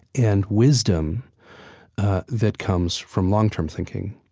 and wisdom that comes from long-term thinking.